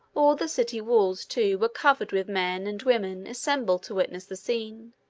all the city walls, too, were covered with men and women, assembled to witness the scene.